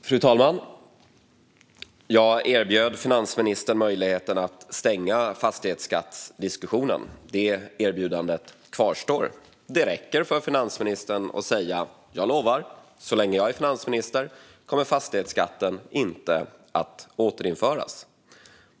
Fru talman! Jag erbjöd finansministern möjligheten att stänga fastighetsskattsdiskussionen. Det erbjudandet kvarstår. Det räcker för finansministern att säga: "Jag lovar att så länge jag är finansminister kommer fastighetsskatten inte att återinföras."